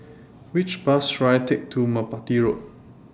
Which Bus should I Take to Merpati Road